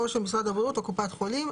או משרד הבריאות או קופת חולים.